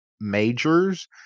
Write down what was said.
Majors